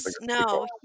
No